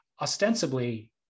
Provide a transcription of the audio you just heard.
ostensibly